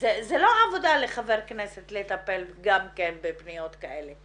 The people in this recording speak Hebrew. זה לא עבודה לחבר כנסת לטפל בפניות כאלה,